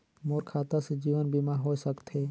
मोर खाता से जीवन बीमा होए सकथे?